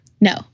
No